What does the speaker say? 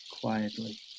quietly